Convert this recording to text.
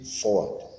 forward